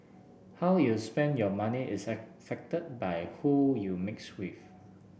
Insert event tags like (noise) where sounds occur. how you spend your money is (unintelligible) affected by who you mix with